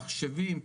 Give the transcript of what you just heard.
מחשבים.